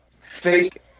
fake